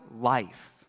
life